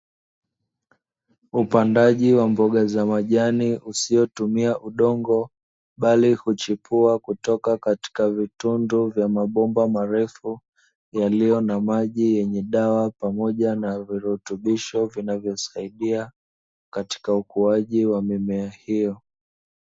Upandaji wa mboga za majani usiotumia udongo, bali huchipua kutoka katika vitundu vya mabomba marefu, yaliyo na maji yenye dawa pamoja na virutubisho vinavyosaidia katika ukuaji wa mimea hiyo.